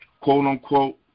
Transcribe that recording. quote-unquote